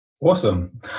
Awesome